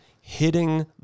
hitting